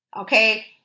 Okay